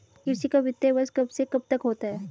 कृषि का वित्तीय वर्ष कब से कब तक होता है?